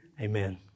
Amen